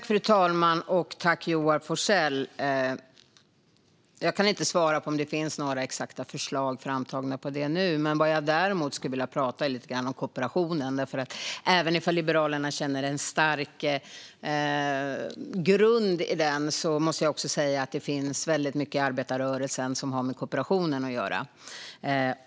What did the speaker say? Fru talman och Joar Forssell! Jag kan inte svara på om det finns några exakta förslag framtagna om detta nu. Däremot skulle jag vilja prata lite grann om kooperationen. Även om Liberalerna känner en stark grund i den måste jag också säga att det finns väldigt mycket i arbetarrörelsen som har med kooperationen att göra.